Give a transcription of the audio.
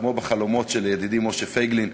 כמו בחלומות של ידידי משה פייגלין,